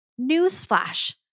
Newsflash